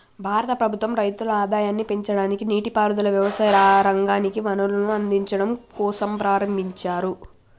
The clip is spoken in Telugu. భారత ప్రభుత్వం రైతుల ఆదాయాన్ని పెంచడానికి, నీటి పారుదల, వ్యవసాయ రంగానికి వనరులను అందిచడం కోసంప్రారంబించారు